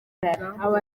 aba